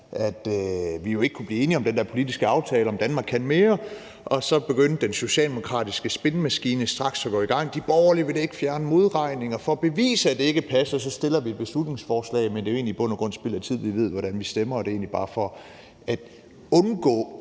at vi ikke kunne blive enige om den her politiske aftale »Danmark kan mere I«, og så begyndte den socialdemokratiske spinmaskine straks at gå i gang: De borgerlige vil ikke fjerne modregningen. Og for at vise, at det ikke passer, fremsætter vi et beslutningsforslaget, men det er jo egentlig i bund og grund spild af tid. Vi ved, hvordan vi stemmer, og det er egentlig bare for at undgå